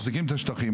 מחזיקים את השטחים.